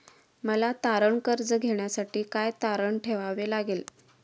मला तारण कर्ज घेण्यासाठी काय तारण ठेवावे लागेल?